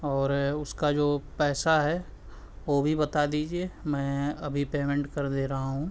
اور اس کا جو پیسہ ہے وہ بھی بتا دیجیے میں ابھی پیمنٹ کر دے رہا ہوں